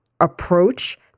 approach